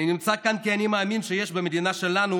אני נמצא כאן כי אני מאמין שיש במדינה שלנו